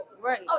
right